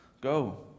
go